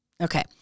Okay